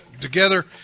together